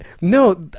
no